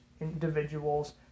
individuals